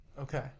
Okay